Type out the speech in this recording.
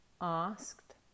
asked